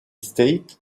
state